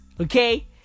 Okay